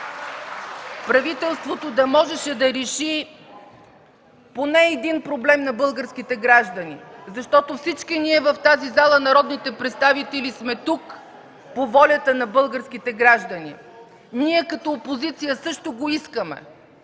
правителството да можеше да реши поне един проблем на българските граждани, защото всички ние в тази зала – народните представители, сме тук по волята на българските граждани. Ние като опозиция също го искаме.